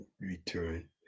return